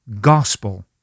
gospel